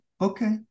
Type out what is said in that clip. okay